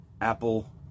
apple